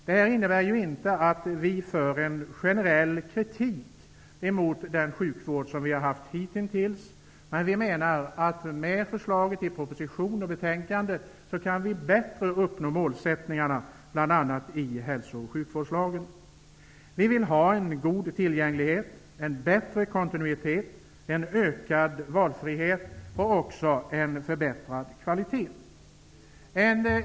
Det innebär inte att vi framför en generell kritik mot den nuvarande sjukvården, men vi anser att med förslagen i propositionen och i betänkandet kan målsättningarna i hälso och sjukvårdslagen bättre uppnås. Vi vill ha en god tillgänglighet, en bättre kontinuitet, en ökad valfrihet och också en förbättrad kvalitet.